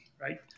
right